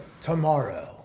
Tomorrow